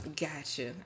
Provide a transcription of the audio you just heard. Gotcha